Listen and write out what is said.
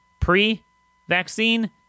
pre-vaccine